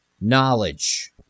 Knowledge